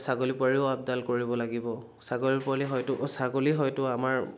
ছাগলী পোৱালিৰো আপদাল কৰিব লাগিব ছাগলী পোৱালিৰো হয়তো ছাগলী হয়তো আমাৰ